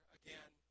again